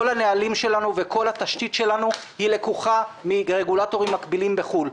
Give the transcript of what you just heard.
כל הנהלים שלנו וכל התשתית שלנו לקוחים מרגולטורים מקבילים בחו"ל.